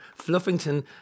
Fluffington